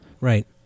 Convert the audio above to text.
Right